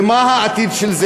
ומה העתיד של זה?